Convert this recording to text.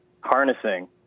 harnessing